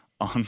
on